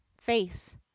face